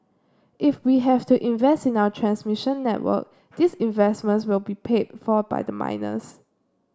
if we have to invest in our transmission network these investments will be paid for by the miners